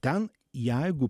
ten jeigu